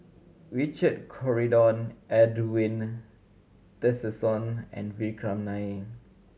Richard Corridon Edwin Tessensohn and Vikram Nair